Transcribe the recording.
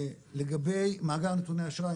לגבי מאגר נתוני אשראי,